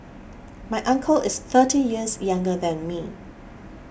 my uncle is thirty years younger than me